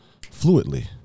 fluidly